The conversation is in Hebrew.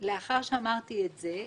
לאחר שאמרתי זאת,